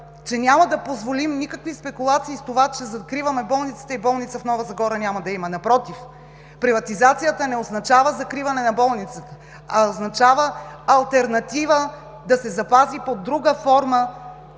че няма да позволим никакви спекулации с това, че закриваме болниците и болница в Нова Загора няма да има. Напротив, приватизацията не означава закриване на болницата, а означава алтернатива да се запази под друга форма